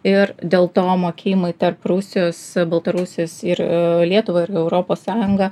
ir dėl to mokėjimai tarp rusijos baltarusijos ir lietuva ir europos sąjunga